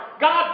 God